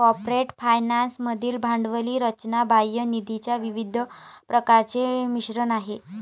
corporate finance मधील भांडवली रचना बाह्य निधीच्या विविध प्रकारांचे मिश्रण आहे